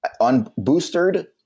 Unboostered